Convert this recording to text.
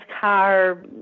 car